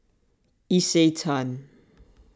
Isetan